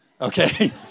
okay